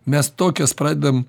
mes tokias pradedam